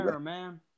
man